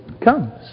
comes